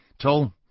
Toll